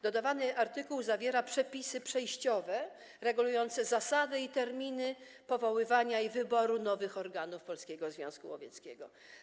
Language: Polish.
Dodawany artykuł zawiera przepisy przejściowe regulujące zasady i terminy powoływania i wyboru nowych organów Polskiego Związku Łowieckiego.